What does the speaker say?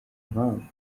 impamvu